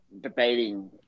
debating